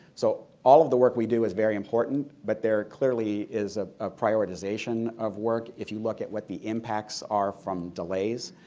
so all of the work we do is important. but there clearly is a ah prioritization of work if you look at what the impacts are from delays.